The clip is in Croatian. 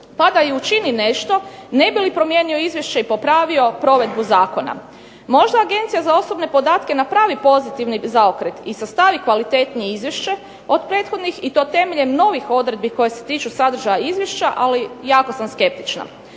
pa da i učini nešto ne bi li promijenio izvješće i popravio provedbu zakona. Možda Agencija za osobne podatke napravi pozitivni zaokret i sastavi kvalitetnije izvješće od prethodnih i to temeljem novih odredbi koje se tiču sadržaja izvješća, ali jako sam skeptična.